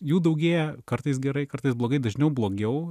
jų daugėja kartais gerai kartais blogai dažniau blogiau